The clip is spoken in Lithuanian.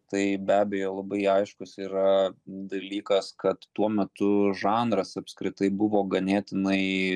tai be abejo labai aiškus yra dalykas kad tuo metu žanras apskritai buvo ganėtinai